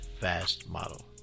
fastmodel